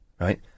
right